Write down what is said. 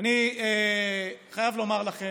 אני חייב לומר לכם,